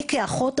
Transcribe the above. אני כאחות,